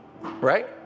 right